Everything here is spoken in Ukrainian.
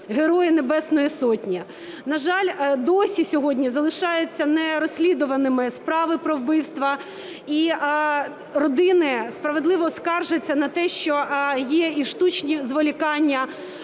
Герої Небесної Сотні. На жаль, досі сьогодні залишаються не розслідуваними справи про вбивства, і родини справедливо скаржаться на те, що є і штучні зволікання,